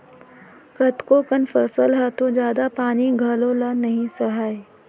कतको कन फसल ह तो जादा पानी घलौ ल नइ सहय